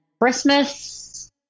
christmas